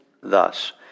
thus